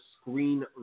screen